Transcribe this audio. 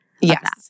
Yes